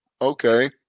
Okay